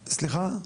סליחה?